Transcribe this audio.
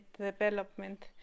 development